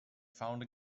found